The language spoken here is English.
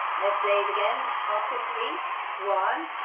let's play it again after three one,